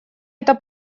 это